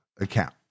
account